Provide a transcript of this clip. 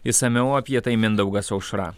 išsamiau apie tai mindaugas aušra